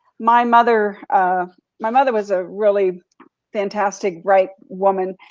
my mother um my mother was a really fantastic bright woman,